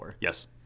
Yes